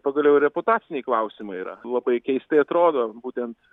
pagaliau ir reputaciniai klausimai yra labai keistai atrodo būtent